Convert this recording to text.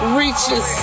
reaches